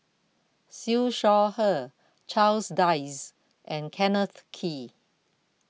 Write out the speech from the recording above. Siew Shaw Her Charles Dyce and Kenneth Kee